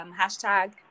hashtag